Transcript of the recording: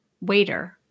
waiter